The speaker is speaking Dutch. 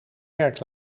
werk